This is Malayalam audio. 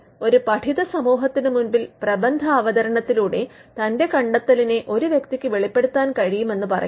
അതിൽ ഒരു പഠിത സമൂഹത്തിന് മുൻപിൽ പ്രബന്ധാവതരണത്തിലൂടെ തന്റെ കണ്ടെത്തലിനെ ഒരു വ്യക്തിക്ക് വെളിപ്പെടുത്താൻ കഴിയും എന്ന് പറയുന്നു